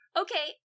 okay